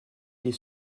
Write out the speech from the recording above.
des